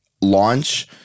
launch